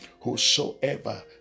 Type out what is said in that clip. whosoever